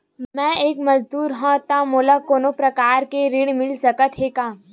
मैं एक मजदूर हंव त मोला कोनो प्रकार के ऋण मिल सकत हे का?